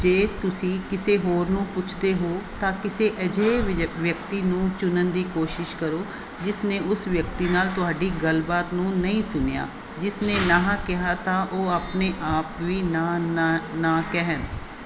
ਜੇ ਤੁਸੀਂ ਕਿਸੇ ਹੋਰ ਨੂੰ ਪੁੱਛਦੇ ਹੋ ਤਾਂ ਕਿਸੇ ਅਜਿਹੇ ਵਿਜ ਵਿਅਕਤੀ ਨੂੰ ਚੁਣਨ ਦੀ ਕੋਸ਼ਿਸ਼ ਕਰੋ ਜਿਸ ਨੇ ਉਸ ਵਿਅਕਤੀ ਨਾਲ ਤੁਹਾਡੀ ਗੱਲਬਾਤ ਨੂੰ ਨਹੀਂ ਸੁਣਿਆ ਜਿਸ ਨੇ ਨਾਂਹ ਕਿਹਾ ਤਾਂ ਉਹ ਆਪਣੇ ਆਪ ਵੀ ਨਾ ਨਾ ਨਾ ਕਹਿਣ